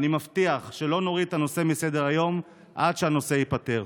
אני מבטיח שלא נוריד את הנושא מסדר-היום עד שהנושא ייפתר.